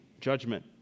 judgment